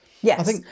Yes